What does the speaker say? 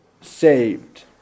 saved